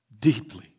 deeply